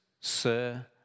Sir